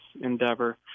endeavor